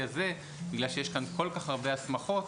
הזה בגלל שיש כאן כל כך הרבה הסמכות,